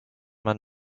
man